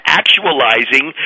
actualizing